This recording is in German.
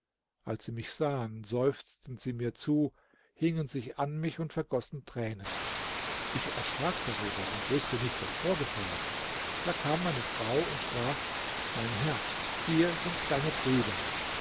als sie mich sahen seufzten sie mir zu hingen sich an mich und vergossen tränen ich erschrak darüber und wußte nicht was vorgefallen da kam meine frau und sprach mein herr hier sind deine brüder